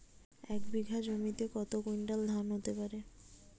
এক বিঘা জমিতে কত কুইন্টাল ধান হতে পারে?